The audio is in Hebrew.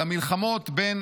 על המלחמות בין